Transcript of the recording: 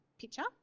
picture